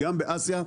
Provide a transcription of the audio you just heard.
גם באסיה.